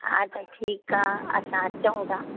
हा त ठीकु आहे असां अचऊं था